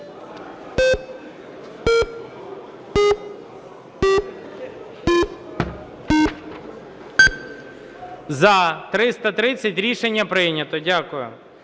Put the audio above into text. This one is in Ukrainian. За-316 Рішення прийнято. Дякую.